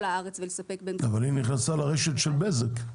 הארץ ולספק -- אבל היא נכנסה לרשת של בזק.